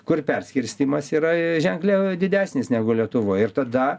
kur perskirstymas yra ženkliau didesnis negu lietuvoj ir tada